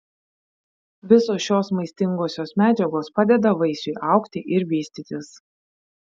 visos šios maistingosios medžiagos padeda vaisiui augti ir vystytis